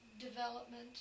development